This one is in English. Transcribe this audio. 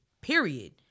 period